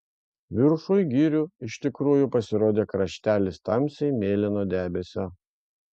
viršuj girių iš tikrųjų pasirodė kraštelis tamsiai mėlyno debesio